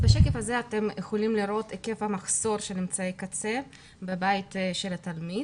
בשקף הזה אתם יכולים לראות את היקף המחסור של אמצעי קצה בבית של התלמיד